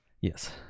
Yes